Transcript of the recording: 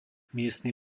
miestny